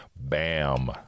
Bam